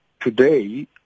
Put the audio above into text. today